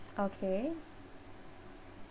okay